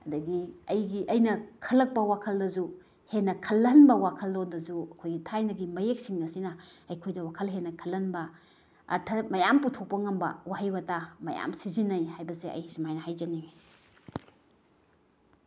ꯑꯗꯒꯤ ꯑꯩꯒꯤ ꯑꯩꯅ ꯈꯜꯂꯛꯄ ꯋꯥꯈꯜꯗꯁꯨ ꯍꯦꯟꯅ ꯈꯜꯍꯟꯕ ꯋꯥꯈꯜ ꯂꯣꯟꯗꯁꯨ ꯑꯩꯈꯣꯏꯒꯤ ꯊꯥꯏꯅꯒꯤ ꯃꯌꯦꯛꯁꯤꯡ ꯑꯁꯤꯅ ꯑꯩꯈꯣꯏꯗ ꯋꯥꯈꯜ ꯍꯦꯟꯅ ꯈꯜꯍꯟꯕ ꯑꯥꯔꯊꯥ ꯃꯌꯥꯝ ꯄꯨꯊꯣꯛꯄ ꯉꯝꯕ ꯋꯥꯍꯩ ꯋꯥꯇꯥ ꯃꯌꯥꯝ ꯁꯤꯖꯤꯟꯅꯩ ꯍꯥꯏꯕꯁꯦ ꯑꯩ ꯁꯨꯃꯥꯏꯅ ꯍꯥꯏꯖꯅꯤꯡꯉꯤ